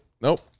Nope